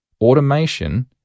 automation